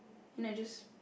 and I just